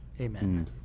Amen